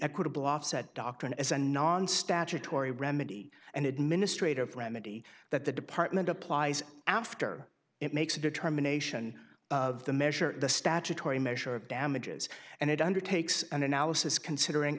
equitable offset doctrine as a non statutory remedy an administrative remedy that the department applies after it makes a determination of the measure the statutory measure of damages and it undertakes an analysis considering